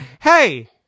Hey